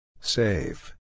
Save